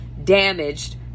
damaged